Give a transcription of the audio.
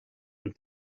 and